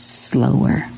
slower